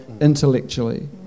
intellectually